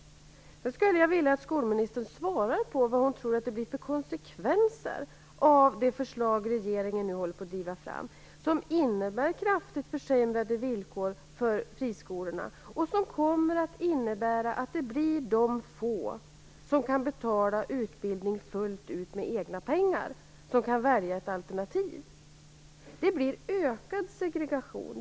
Sedan skulle jag vilja att skolministern svarar på vad hon tror att det blir för konsekvenser av det förslag regeringen nu håller på att driva fram. Det innebär kraftigt försämrade villkor för friskolorna. Det kommer att innebära att det blir de få som kan betala utbildning fullt ut med egna pengar som kan välja ett alternativ. Det blir ökad segregation.